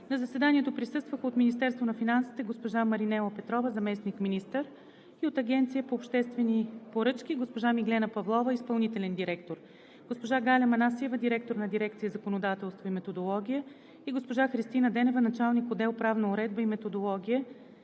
На заседанието присъстваха от Министерството на финансите: госпожа Маринела Петрова – заместник-министър, и от Агенцията по обществени поръчки: госпожа Миглена Павлова – изпълнителен директор, госпожа Галя Манасиева – директор на дирекция „Законодателство и методология“, и госпожа Христина Денева – началник-отдел „Правна уредба и методология“,